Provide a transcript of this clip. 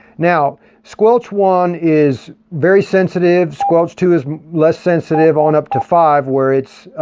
now, squelch one is very sensitive, squelch two is less sensitive, on up to five where it's